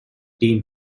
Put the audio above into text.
team